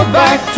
back